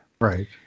Right